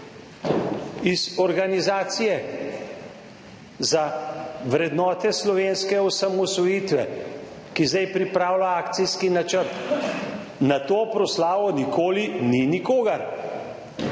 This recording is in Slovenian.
Iz Združenja za vrednote slovenske osamosvojitve, ki zdaj pripravlja akcijski načrt, na to proslavo nikoli ni nikogar.